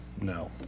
no